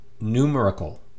numerical